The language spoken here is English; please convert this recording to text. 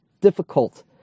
difficult